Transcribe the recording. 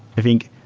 i think,